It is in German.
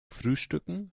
frühstücken